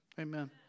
Amen